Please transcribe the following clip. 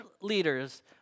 leaders